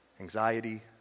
anxiety